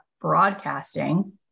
broadcasting